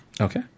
Okay